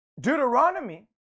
Deuteronomy